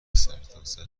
سرتاسر